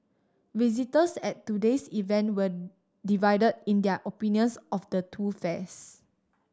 visitors at today's event were divided in their opinions of the two fairs